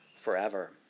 forever